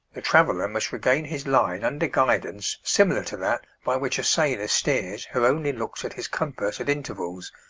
the traveller must regain his line under guidance similar to that by which a sailor steers who only looks at his compass at intervals